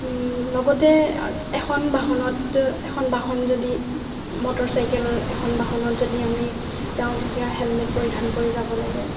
লগতে এখন বাহনত এখন বাহন যদি মটৰচাইকেল এখন বাহনত যদি আমি যাওঁ তেতিয়া হেলমেট পৰিধান কৰি যাব লাগে